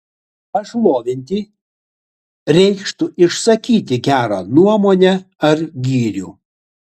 pašlovinti reikštų išsakyti gerą nuomonę ar gyrių